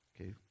Okay